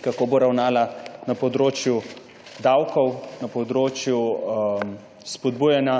kako bo ravnala na področju davkov, na področju spodbujanja